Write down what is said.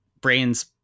brains